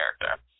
character